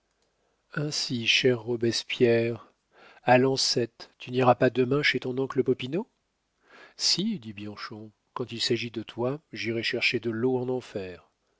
ainsi cher robespierre à lancette tu n'iras pas demain chez ton oncle popinot si dit bianchon quand il s'agit de toi j'irais chercher de l'eau en enfer